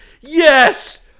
Yes